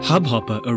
Hubhopper